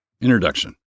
Introduction